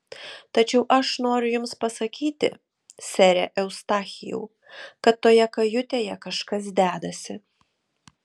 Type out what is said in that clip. tačiau aš noriu jums pasakyti sere eustachijau kad toje kajutėje kažkas dedasi